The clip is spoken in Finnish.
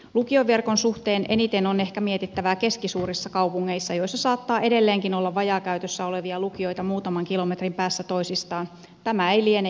lukioverkon suhteen eniten on ehkä mietittävää keskisuurissa kaupungeissa joissa saattaa edelleenkin olla vajaakäytössä olevia lukioita muutaman kilometrin päässä toisistaan tämä ei liene järkevää